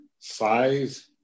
five